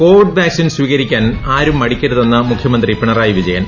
Covid vaccine സ്വീകരിക്കാൻ ന് ആരും മടിക്കരുതെന്ന് മുഖ്യമന്ത്രി പിണറായി വിജയൻ